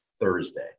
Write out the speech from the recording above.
Thursday